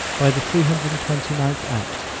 by the three hundred and twenty ninth act,